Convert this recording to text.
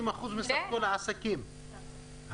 60% מסך כל העסקים קיבלו.